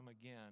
again